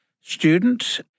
student